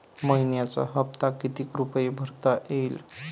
मइन्याचा हप्ता कितीक रुपये भरता येईल?